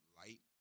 light